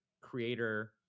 creator